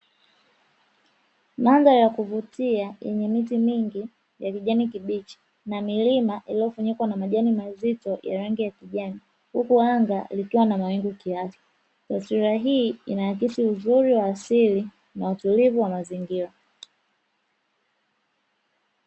Mandhari ya kuvutia yenye miti mingi ya kijani kibichi na milima iliyofunikwa na majani mazito ya rangi ya kijani huku anga likiwa na mawingu kiasi, taswira hii inaakisi uzuri wa asili na utulivu wa mazingira.